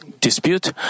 dispute